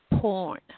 porn